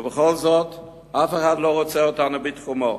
ובכל זאת, אף אחד לא רוצה אותנו בתחומו.